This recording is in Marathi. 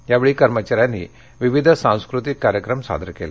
यावेळी कर्मचाऱ्यांनी विविध सांस्कृतिक कार्यक्रम सादर केले